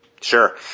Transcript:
Sure